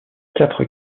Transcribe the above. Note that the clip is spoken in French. quatre